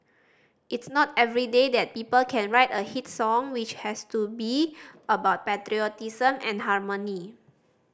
it's not every day that people can write a hit song which has to be about patriotism and harmony